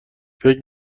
فکر